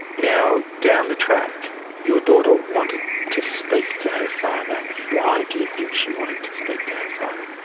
now, down the track your daughter wanted to speak to her father. why do you think she wanted to speak to her father?